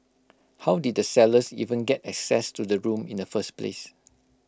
how did the sellers even get access to the room in the first place